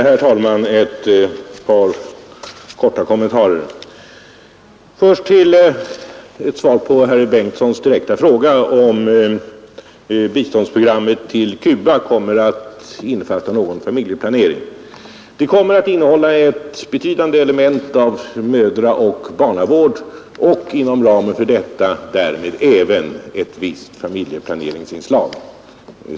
Herr talman! Ett par korta kommentarer. Till att börja med ett svar på herr förste vice talmannen Bengtsons direkta fråga, om programmet för bistånd till Cuba kommer att innefatta någon familjeplanering. Det kommer att innehålla ett betydande element av mödraoch barnavård och inom ramen för det även ett visst familjeplaneringsinslag.